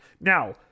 Now